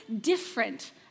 different